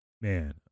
Man